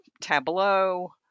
tableau